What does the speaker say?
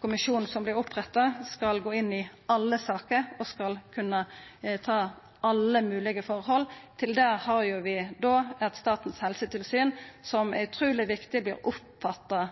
kommisjonen som vert oppretta, skal gå inn i alle saker og skal kunna ta alle moglege forhold. Til det har vi jo Statens helsetilsyn som det er utruleg viktig at vert oppfatta